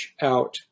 out